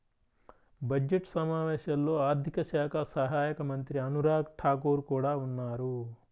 budget సమావేశాల్లో ఆర్థిక శాఖ సహాయక మంత్రి అనురాగ్ ఠాకూర్ కూడా ఉన్నారు